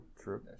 True